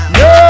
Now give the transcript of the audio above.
no